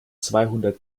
zweihundert